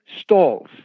stalls